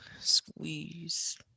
squeeze